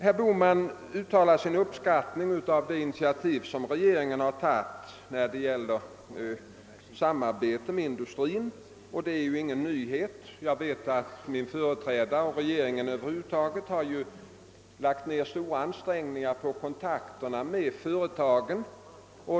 Herr Bohman uttalade sin uppskattning av det initiativ som regeringen har tagit i fråga om samarbete med industrin. Detta samarbete har inte börjat nu. Jag vet att min företrädare och regeringen över huvud taget har lagt ned stora ansträngningar på att vidga kontakterna med företagen.